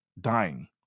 dying